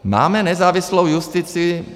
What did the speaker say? Máme nezávislou justici.